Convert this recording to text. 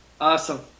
Awesome